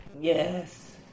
Yes